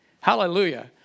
Hallelujah